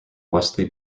wesley